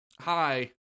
Hi